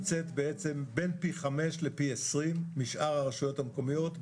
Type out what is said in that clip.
בעצם מה שהמדינה נתנה בעשר השנים הראשונות,